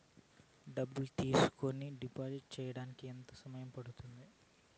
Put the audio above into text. డబ్బులు తీసుకోడానికి డిపాజిట్లు సేయడానికి ఎంత సమయం పడ్తుంది